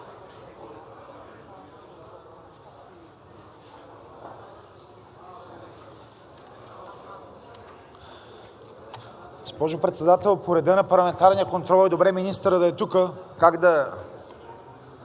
добре министърът да е тук.